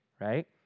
right